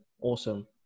awesome